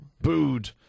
booed